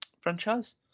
franchise